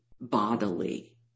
bodily